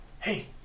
Hey